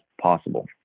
possible